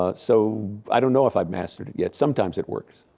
ah so i don't know if i've mastered it yet, sometimes it works.